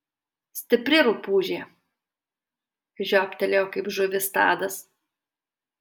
stipri rupūžė žiobtelėjo kaip žuvis tadas